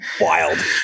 Wild